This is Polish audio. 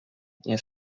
nie